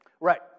Right